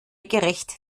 gerecht